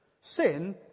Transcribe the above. Sin